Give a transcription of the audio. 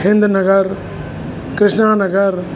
Hind Nagar Krishna Nagar